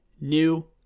new